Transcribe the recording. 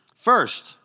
First